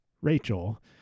Rachel